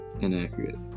Inaccurate